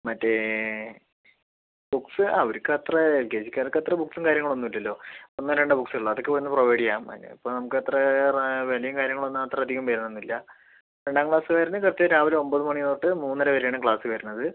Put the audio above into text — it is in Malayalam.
മറ്റേ ബുക്ക്സ് അവർക്കത്ര എൽകെജിക്കാർക്ക് അത്ര ബുക്ക്സും കാര്യങ്ങളുമൊന്നുമില്ലല്ലോ ഒന്നോ രണ്ടോ ബുക്ക്സെ ഉള്ളൂ അതൊക്കെ ഇവിടുന്ന് പ്രൊവൈഡ് ചെയ്യാം അതിനിപ്പോൾ നമുക്കത്ര വേലയും കാര്യങ്ങളും ഒന്നും അത്രയധികം വരുവൊന്നുമില്ല രണ്ടാംക്ലാസ്സുകാരുടെ അവർക്ക് രാവിലെ ഒൻപതുമണിമുതൽ മൂന്നരവരെയാണ് ക്ലാസ് വരുന്നത്